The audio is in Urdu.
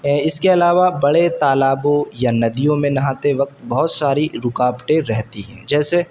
اس کے علاوہ بڑے تالابوں یا ندیوں میں نہاتے وقت بہت ساری رکاوٹیں رہتی ہیں جیسے